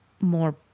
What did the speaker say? more